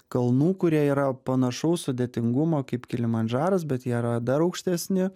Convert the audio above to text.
kalnų kurie yra panašaus sudėtingumo kaip kilimandžaras bet jie yra dar aukštesni